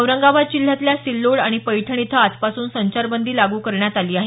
औरंगाबाद जिल्ह्यातल्या सिल्लोड आणि पैठण इथं आजपासून संचारबंदी लागू करण्यात आली आहे